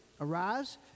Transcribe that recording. Arise